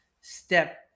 Step